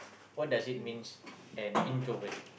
what does it means an introvert